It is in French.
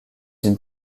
une